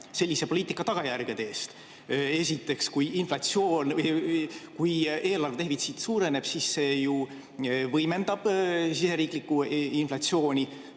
sellise poliitika tagajärgede eest? Esiteks, kui eelarvedefitsiit suureneb, siis see ju võimendab siseriiklikku inflatsiooni.